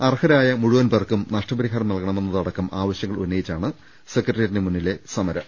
അർഹരായ മുഴുവൻ പേർക്കും നഷ്ടപരിഹാരം നൽകണ മെന്നതടക്കം ആവശ്യങ്ങൾ ഉന്നയിച്ചാണ് സെക്രട്ടറിയേറ്റിന് മുന്നിലെ സമരം